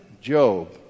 Job